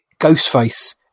Ghostface